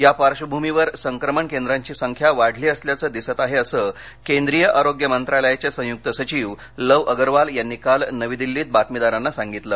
या पार्श्वभूमीवर संक्रमण केंद्रांची संख्या वाढली असल्याचं दिसत आहे असं केंद्रीय आरोग्य मंत्रालयाचे संयुक्त सचिव लव अगरवाल यांनी काल नवी दिल्लीत बातमीदारांना सांगितलं